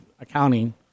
accounting